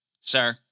Sir